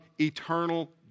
eternal